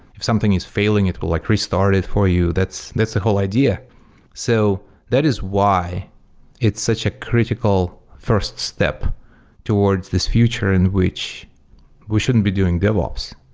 if something is failing, it will like restart it for you. that's that's the whole idea so that is why it's such a critical first step towards this future in which we shouldn't be doing dev ops.